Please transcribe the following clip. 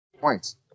points